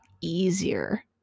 easier